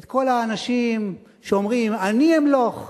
את כל האנשים שאומרים: אני אמלוך,